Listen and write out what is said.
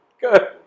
Good